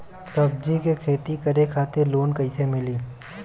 सब्जी के खेती करे खातिर लोन कइसे मिली?